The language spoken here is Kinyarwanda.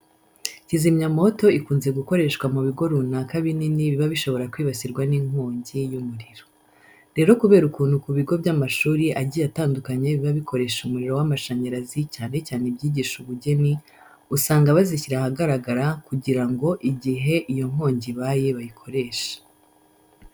Kizimyamoto ikunze gukoreshwa mu bigo runaka binini biba bishobora kwibasirwa n'inkongi y'umuriro. Rero kubera ukuntu ku bigo by'amashuri agiye atandukanye biba bikoresha umuriro w'amashyanyarazi cyane cyane ibyigisha ubugeni, usanga bazishyira ahagaragara kugira ngo igihe iyo nkongi ibaye bayikoreshe.